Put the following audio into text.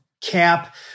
CAP